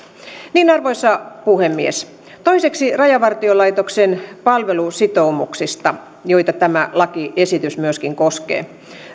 arvoisa puhemies toiseksi rajavartiolaitoksen palvelusitoumuksista joita tämä lakiesitys myöskin koskee